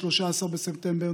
13 בספטמבר,